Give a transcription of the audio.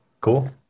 Cool